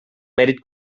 mèrit